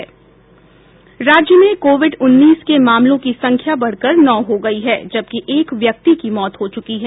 राज्य में कोविड उन्नीस के मामलों की संख्या बढ़कर नौ हो गयी जबकि एक व्यक्ति की मौत हो चुकी है